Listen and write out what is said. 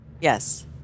Yes